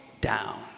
down